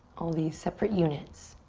all these separate units.